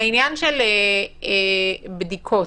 לעניין הבדיקות.